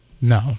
No